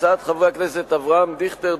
הצעות חברי הכנסת אברהם דיכטר,